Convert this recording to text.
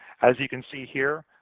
as you can see here,